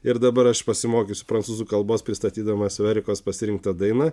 ir dabar aš pasimokysiu prancūzų kalbos pristatydamas erikos pasirinktą dainą